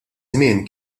żmien